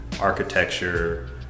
architecture